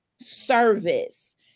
service